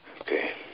okay